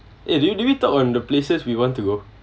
eh do do we talk on the places we want to go